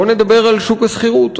בואו נדבר על שוק השכירות.